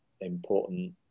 important